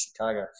Chicago